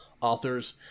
authors